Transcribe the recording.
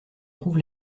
trouve